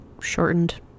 shortened